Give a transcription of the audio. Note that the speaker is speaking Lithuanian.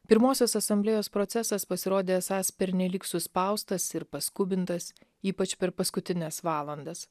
pirmosios asamblėjos procesas pasirodė esąs pernelyg suspaustas ir paskubintas ypač per paskutines valandas